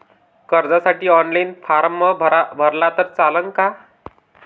कर्जसाठी online form भरला तर चालन का?